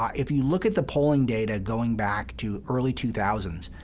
um if you look at the polling data going back to early two thousand